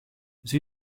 sie